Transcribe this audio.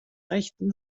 rechten